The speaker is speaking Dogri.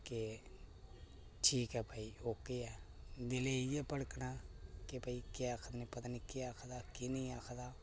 ते ठीक ऐ भाई ओके ऐ ते दिलै च इयै धड़कन ऐ कि भई केह् आखदा केह् आखदा केह् नेईं आखदा